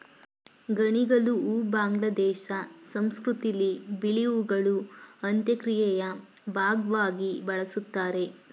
ಗಣಿಗಲು ಹೂ ಬಾಂಗ್ಲಾದೇಶ ಸಂಸ್ಕೃತಿಲಿ ಬಿಳಿ ಹೂಗಳು ಅಂತ್ಯಕ್ರಿಯೆಯ ಭಾಗ್ವಾಗಿ ಬಳುಸ್ತಾರೆ